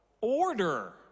order